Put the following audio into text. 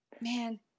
Man